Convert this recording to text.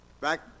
Back